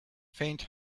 faint